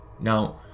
Now